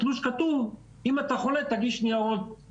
בתלוש כתוב אם אתה חולה אפשר להגיש ניירות,